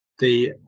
the